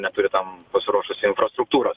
neturi tam pasiruošusi infrastruktūros